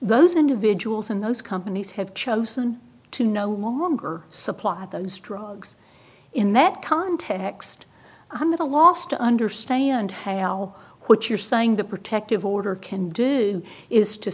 those individuals in those companies have chosen to no longer supply those drugs in that context i'm at a loss to understand how what you're saying the protective order can do is to